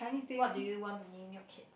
what do you want to name your kid